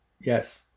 Yes